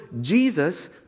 Jesus